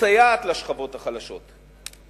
מסייעת לשכבות החלשות.